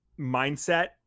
mindset